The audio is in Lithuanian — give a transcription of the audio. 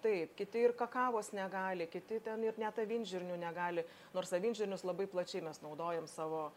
taip kiti ir kakavos negali kiti ten ir net avinžirnių negali nors avinžirnius labai plačiai mes naudojam savo